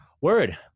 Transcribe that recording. word